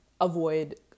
avoid